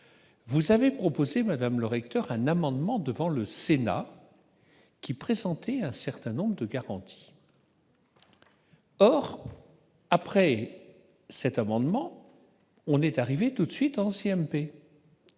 vous avez proposé Madame le recteur un amendement devant le Sénat qui présenter un certain nombre de garanties. Or, après cet amendement on est arrivé tout de suite,